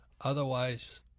Otherwise